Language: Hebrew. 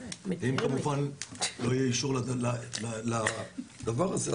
אם כמובן לא יהיה אישור לדבר הזה,